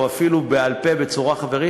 או אפילו בעל-פה בצורה חברית,